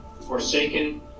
forsaken